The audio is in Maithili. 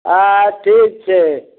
आ ठीक छै